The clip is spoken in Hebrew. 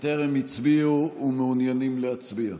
שטרם הצביעו ומעוניינים להצביע?